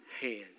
hands